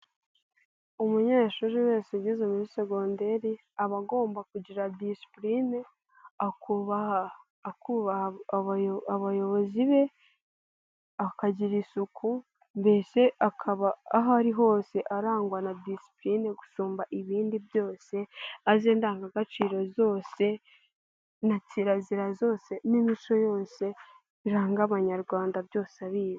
Umunyeshuri wese ugeze muri segonderi aba agomba kugira disipuline, akubaha abayobozi be, akagira isuku mbese akaba aho ari hose arangwa na disipuline gusumba ibindi byose, azi indangagaciro zose na kirazira zose n'imico yose biranga Abanyarwanda byose abizi.